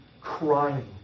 crying